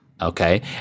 Okay